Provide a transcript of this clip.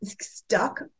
stuck